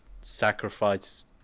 sacrifice